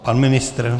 Pan ministr?